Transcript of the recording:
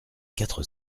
quatre